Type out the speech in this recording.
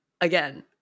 again